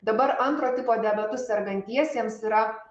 dabar antro tipo diabetu sergantiesiems yra